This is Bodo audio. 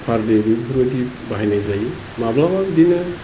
पार डे बेफोरबायदि बाहायनाय जायो माब्लाबा बिदिनो